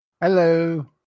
Hello